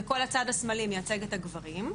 וכל הצד השמאלי מייצג את הגברים.